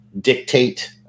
dictate